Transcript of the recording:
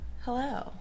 hello